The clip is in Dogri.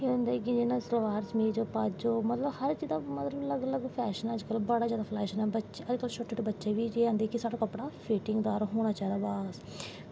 एह् होंदा कि सलवार कमीज़ पलाजो हर चीज़मतलव अलग अलग फैशन ऐ अज्ज कल बड़ा जादा फैशन ऐ अज्ज कल शोटे छोटे बच्चे बी आखदे कि सैाढ़ा कपड़ा फिटिंग दार होनां चाही दा